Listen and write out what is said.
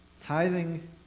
tithing